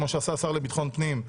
כמו שעשה השר לביטחון הפנים,